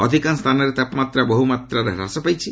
ଅଧିକାଂଶ ସ୍ଥାନରେ ତାପମାତ୍ରା ବହୁ ମାତ୍ରାରେ ହ୍ରାସ ପାଇଛି